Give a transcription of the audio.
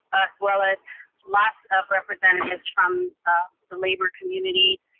well as lots of representatives from the labor community,